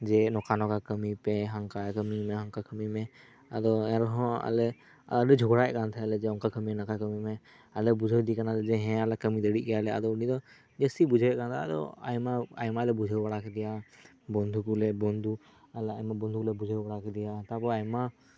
ᱡᱮ ᱱᱚᱝᱠᱟᱼᱱᱚᱝᱠᱟ ᱠᱟᱹᱢᱤ ᱯᱮ ᱱᱚᱝᱠᱟᱭ ᱢᱮ ᱦᱟᱱᱠᱟᱭ ᱢᱮ ᱟᱫᱚ ᱮᱱᱨᱮᱦᱚᱸ ᱟᱞᱮ ᱟᱹᱰᱤᱭ ᱡᱷᱚᱜᱽᱲᱟᱭᱮᱫ ᱠᱟᱱ ᱛᱟᱦᱮᱱ ᱞᱮ ᱱᱚᱝᱠᱟ ᱠᱟᱹᱢᱤ ᱢᱮ ᱦᱟᱱᱠᱟ ᱠᱟᱹᱢᱤ ᱢᱮ ᱟᱫᱚ ᱵᱩᱡᱷᱟᱹᱣᱮᱫᱮ ᱠᱟᱱᱟ ᱞᱮ ᱦᱮᱸᱭᱟᱞᱮ ᱠᱟᱹᱢᱤ ᱫᱟᱲᱤᱭᱟᱜ ᱜᱮᱭᱟᱞᱮ ᱟᱫᱚ ᱩᱱᱤ ᱫᱚ ᱵᱤᱥᱤᱭ ᱵᱩᱡᱷᱟᱹᱣᱮᱜ ᱠᱟᱱ ᱛᱟᱦᱮᱱᱟ ᱟᱭᱢᱟᱞᱮ ᱵᱩᱡᱷᱟᱹᱣ ᱵᱟᱲᱟ ᱠᱮᱫᱮᱭᱟ ᱵᱚᱱᱫᱷᱩ ᱠᱚᱞᱮ ᱵᱚᱱᱫᱷᱩ ᱠᱛᱮᱞᱮ ᱵᱩᱡᱷᱟᱹᱣ ᱵᱟᱲᱟ ᱠᱮᱫᱮᱭᱟ ᱟᱭᱢᱟ